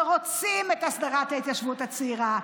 שרוצים את הסדרת ההתיישבות הצעירה,